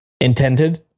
intended